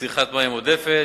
צריכת מים עודפת),